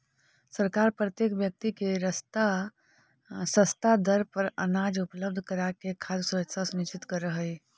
सरकार प्रत्येक व्यक्ति के सस्ता दर पर अनाज उपलब्ध कराके खाद्य सुरक्षा सुनिश्चित करऽ हइ